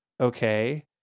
okay